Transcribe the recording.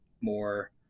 more